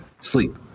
sleep